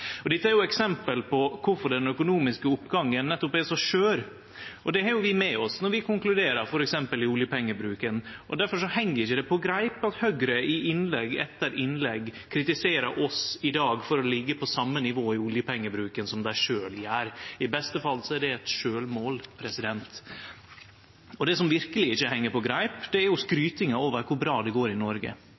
Dette er nettopp eksempel på kvifor den økonomiske oppgangen er så skjør, og det har vi med oss når vi konkluderer f.eks. i oljepengebruken. Difor heng det ikkje på greip at Høgre i innlegg etter innlegg kritiserer oss i dag for å liggje på same nivå i oljepengebruken som dei sjølve gjer. I beste fall er det eit sjølvmål. Og det som verkeleg ikkje heng på greip, er skrytinga over kor bra det går i Noreg.